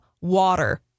water